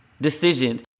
decisions